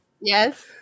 Yes